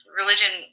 religion